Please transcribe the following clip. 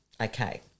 Okay